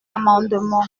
amendement